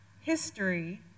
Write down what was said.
history